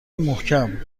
محکم